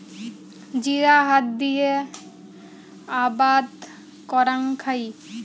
জিরা হাত দিয়া আবাদ করাং খাই